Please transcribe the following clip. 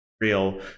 real